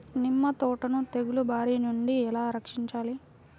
నిమ్మ తోటను తెగులు బారి నుండి ఎలా రక్షించాలి?